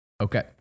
Okay